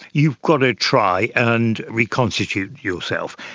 you've got to try and reconstitute yourself.